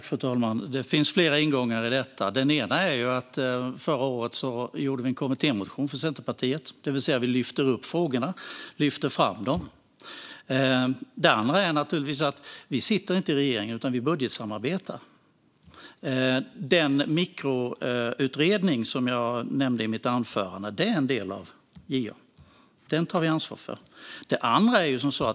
Fru talman! Det finns flera ingångar i detta. Den ena är att Centerpartiet förra året skrev en kommittémotion, det vill säga att vi lyfter upp frågorna och lyfter fram dem. Den andra är att vi inte sitter i regeringen, utan vi budgetsamarbetar. Den mikroutredning som jag nämnde i mitt anförande är en del av JÖK, och den tar vi ansvar för.